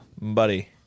Buddy